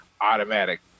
automatic